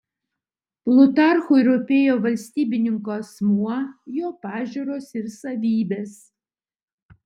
plutarchui rūpėjo valstybininko asmuo jo pažiūros ir savybės